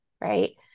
right